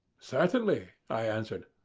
certainly, i answered,